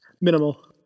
minimal